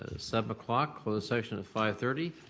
ah seven o'clock, closed session at five thirty.